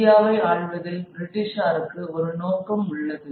இந்தியாவை ஆள்வதில் பிரிட்டிஷாருக்கு ஒரு நோக்கம் உள்ளது